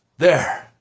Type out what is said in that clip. there.